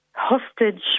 hostage